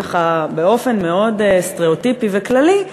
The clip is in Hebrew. ככה באופן מאוד סטריאוטיפי וכללי,